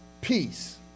peace